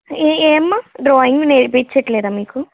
ఎ ఏమ్మ డ్రాయింగ్ నేర్పించట్లేదా మీకు